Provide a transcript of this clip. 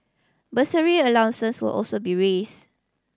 bursary allowances will also be raise